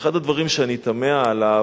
ואחד הדברים שאני תמה עליו,